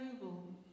global